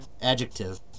Adjective